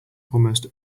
almost